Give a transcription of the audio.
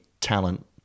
talent